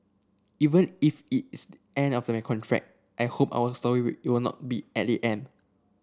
even if it's end of a contract I hope our story will not be at the end